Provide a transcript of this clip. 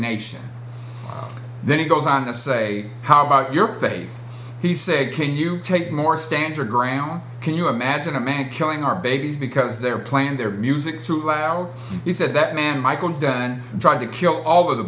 nation then he goes on to say how about your faith he said can you take more stand your ground can you imagine a man killing our babies because they're playing their music too loud he said that man michael dunn tried to kill all of the